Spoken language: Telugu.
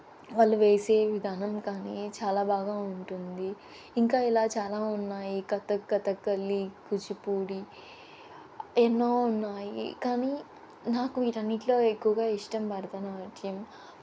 వాళ్ళు వేసే విధానం కానీ చాలా బాగా ఉంటుంది ఇంకా ఇలా చాలా ఉన్నాయి కథక్ కథక్కళి కూచిపూడి ఎన్నో ఉన్నాయి కానీ నాకు వీటన్నిటిలో ఎక్కువగా ఇష్టం భరతనాట్యం